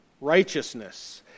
righteousness